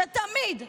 שתמיד,